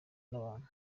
n’abantu